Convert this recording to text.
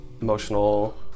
emotional-